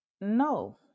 No